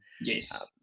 Yes